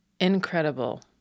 Incredible